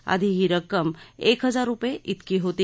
आधी ही रक्कम एक हजार रुपये इतकी होती